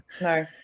No